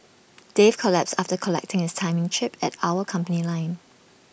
Dave collapsed after collecting his timing chip at our company line